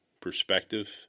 perspective